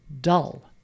dull